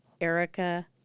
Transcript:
Erica